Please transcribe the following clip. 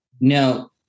Now